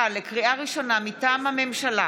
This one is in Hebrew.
לקריאה ראשונה, מטעם הממשלה: